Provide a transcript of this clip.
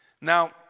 Now